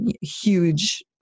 huge